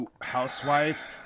housewife